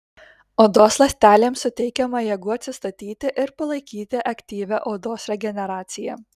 odos ląstelėms suteikiama jėgų atsistatyti ir palaikyti aktyvią odos regeneraciją